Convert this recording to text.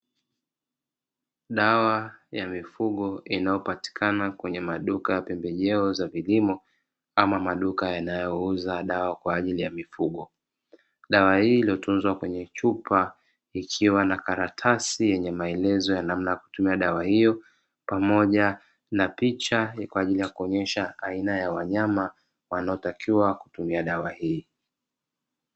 Dawa ya mifugo inayopatikana kwenye maduka ya pembejeo za kilimo ama maduka yanayouza dawa kwa ajili ya mifugo. Dawa hii iliyotunzwa kwenye chupa, ikiwa na karatasi yenye maelezo ya namna ya kutumia dawa hiyo, pamoja na picha kwa ajili ya kuonyesha aina ya wanyama wanaotakiwa kutumia dawa hii.